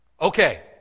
Okay